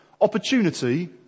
opportunity